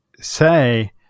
say